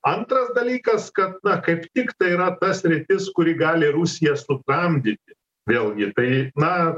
antras dalykas kad kaip tik tai yra ta sritis kuri gali rusiją sutramdyti vėlgi tai na